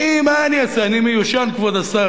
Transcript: אני, מה אני אעשה, אני מיושן, כבוד השר.